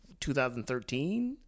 2013